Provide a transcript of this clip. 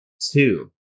Two